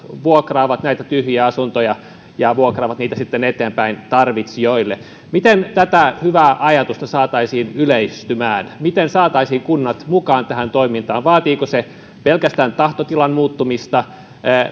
vuokraavat tyhjiä asuntoja ja vuokraavat niitä sitten eteenpäin tarvitsijoille miten tätä hyvää ajatusta saataisiin yleistymään miten saataisiin kunnat mukaan tähän toimintaan vaatiiko se pelkästään tahtotilan muuttumista